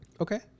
okay